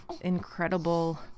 incredible